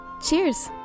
Cheers